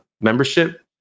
membership